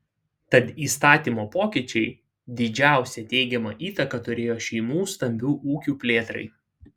tad įstatymo pokyčiai didžiausią teigiamą įtaką turėjo šeimų stambių ūkių plėtrai